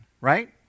right